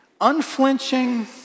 unflinching